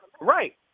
Right